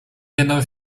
jeno